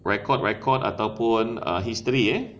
record record ataupun ah history eh